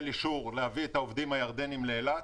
אישור להביא את העובדים הירדנים לאילת.